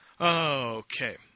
Okay